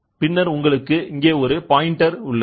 பின்னர் உங்களுக்கு இங்கே ஒரு பாயின்டர் உள்ளது